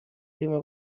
prima